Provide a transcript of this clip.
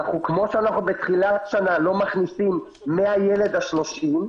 כמו שאנחנו בתחילת שנה לא מכניסים מהילד ה-30,